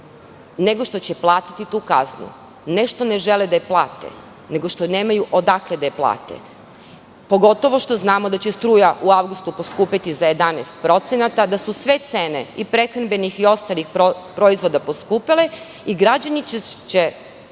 nego što će platiti tu kaznu. Ne što ne žele da je plate, nego što nemaju odakle da je plate. Pogotovo što znamo da će struja u avgustu poskupeti za 11%, da su sve cene i prehrambenih i ostalih proizvoda poskupele, i građani će